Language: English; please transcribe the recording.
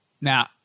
Now